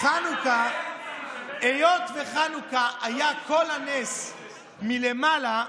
היות שבחנוכה כל הנס היה מלמעלה,